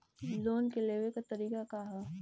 Loan के लेवे क तरीका का ह?